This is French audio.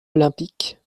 olympique